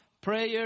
prayer